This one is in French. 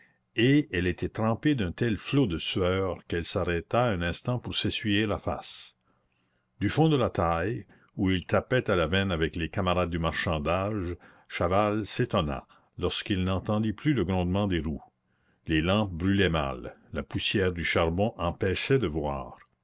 et elle était trempée d'un tel flot de sueur qu'elle s'arrêta un instant pour s'essuyer la face du fond de la taille où il tapait à la veine avec les camarades du marchandage chaval s'étonna lorsqu'il n'entendit plus le grondement des roues les lampes brûlaient mal la poussière du charbon empêchait de voir